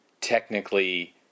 technically